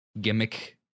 Gimmick